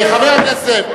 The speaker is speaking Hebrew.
חבר הכנסת זאב.